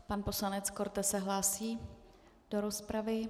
Pan poslanec Korte se hlásí do rozpravy.